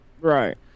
Right